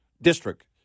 District